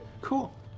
cool